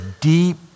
deep